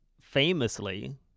famously